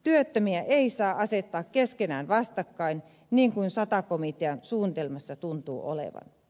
työttömiä ei saa asettaa keskenään vastakkain niin kuin sata komitean suunnitelmassa tuntuu olevan